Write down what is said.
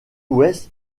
ouest